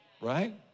right